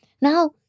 Now